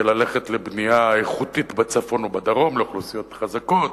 וללכת לבנייה איכותית בצפון או בדרום לאוכלוסיות חזקות